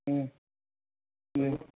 हँ हँ